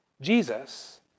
Jesus